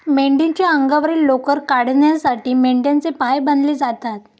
मेंढीच्या अंगावरील लोकर काढण्यासाठी मेंढ्यांचे पाय बांधले जातात